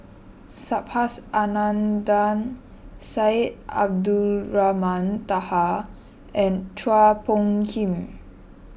Subhas Anandan Syed Abdulrahman Taha and Chua Phung Kim